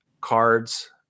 cards